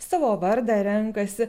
savo vardą renkasi